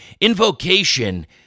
Invocation